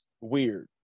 weird